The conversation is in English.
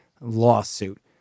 lawsuit